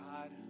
God